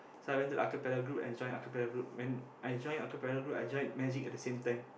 so I went to acapella group and joined acapella group when I join acapella group I joined magic at the same time